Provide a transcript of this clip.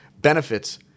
Benefits